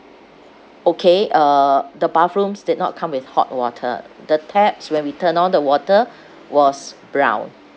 okay uh the bathrooms did not come with hot water the taps when we turn on the water was brown